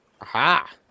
Aha